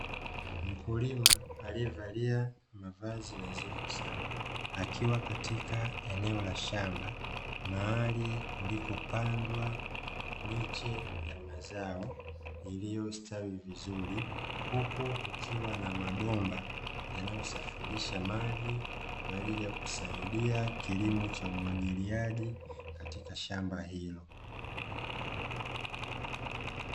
Mkulima aliyevalia mavazi nadhifu sana, akiwa katika eneo la shamba mahali kulikopandwa miche ya mazao, iliyostawi vizuri huku kukiwa na mabomba yanayosafirisha maji, kwa ajili ya kusaidia kilimo cha umwagiliaji katika shamba hilo.